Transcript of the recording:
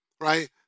right